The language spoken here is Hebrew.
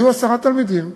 היו עשרה תלמידים,